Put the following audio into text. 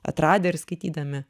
atradę ir skaitydami